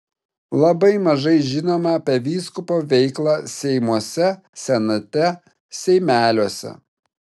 labai mažai žinoma apie vyskupo veiklą seimuose senate seimeliuose